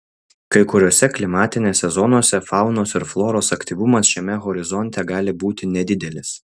kai kuriose klimatinėse zonose faunos ir floros aktyvumas šiame horizonte gali būti nedidelis